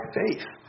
faith